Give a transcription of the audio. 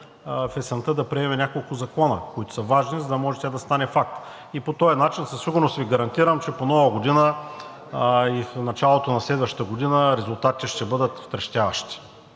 есента да приемем няколко закона, които са важни, за да може тя да стане факт. И по този начин със сигурност Ви гарантирам, че по Нова година и в началото на следващата година резултатите ще бъдат втрещяващи,